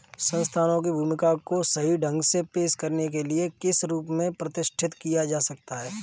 संस्थानों की भूमिका को सही ढंग से पेश करने के लिए किस रूप से प्रतिष्ठित किया जा सकता है?